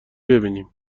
ببینیم